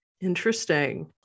Interesting